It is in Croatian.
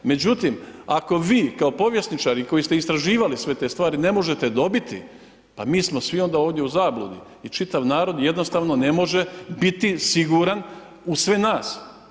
Međutim, ako vi kao povjesničar i koji ste istraživali sve te stvari ne možete dobiti, pa mi smo svi onda ovdje u zabludi i čitav narod jednostavno ne može biti siguran u sve nas.